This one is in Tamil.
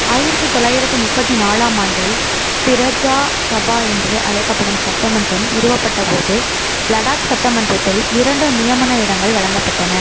ஆயிரத்து தொள்ளாயிரத்து முப்பத்து நாலாம் ஆண்டில் பிரஜா சபா என்று அழைக்கப்படும் சட்டமன்றம் நிறுவப்பட்டபோது லடாக் சட்டமன்றத்தில் இரண்டு நியமன இடங்கள் வழங்கப்பட்டன